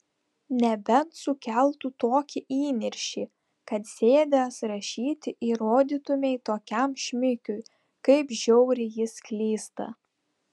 nebent sukeltų tokį įniršį kad sėdęs rašyti įrodytumei tokiam šmikiui kaip žiauriai jis klysta